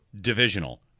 divisional